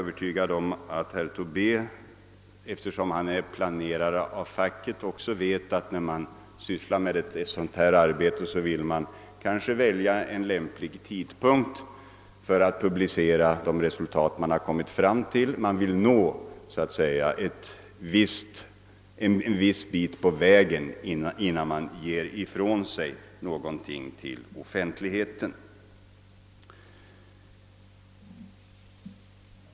Eftersom herr Tobé är planerare av facket vet han säkerligen att man, när man sysslar med sådant här arbete, vill välja en lämplig tidpunkt för att publicera de resultat man kommit fram till; man vill nå en bit på vägen innan man lämnar ut materialet till offentligheten.